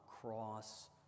cross